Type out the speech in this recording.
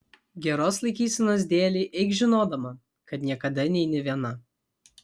geros laikysenos dėlei eik žinodama kad niekada neini viena